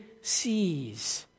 sees